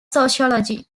sociology